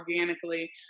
organically